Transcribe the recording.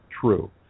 true